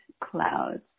clouds